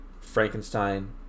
frankenstein